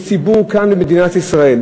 יש ציבור כאן במדינת ישראל,